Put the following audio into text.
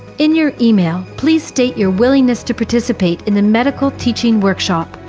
in your email, please state your willingness to participate in the medical teaching workshop.